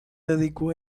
dedicó